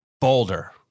Boulder